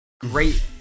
Great